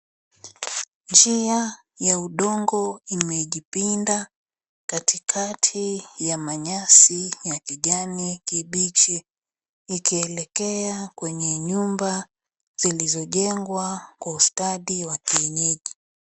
Njia ya udongo imejipinda katikati ya manyasi ya kijani kibichi ikielekea kwenye nyumba zilizojengwa kwa ustadi wa kienyeji.